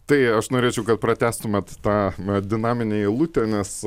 tai aš norėčiau kad pratęstumėt tą dinaminę eilutę nes